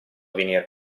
venir